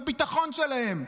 בביטחון שלהם.